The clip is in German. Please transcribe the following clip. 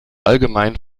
allgemein